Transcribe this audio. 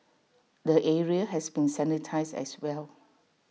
the area has been sanitise as well